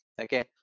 okay